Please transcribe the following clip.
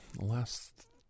last